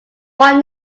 what